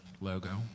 logo